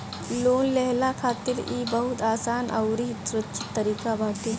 loan लेहला खातिर इ बहुते आसान अउरी सुरक्षित तरीका बाटे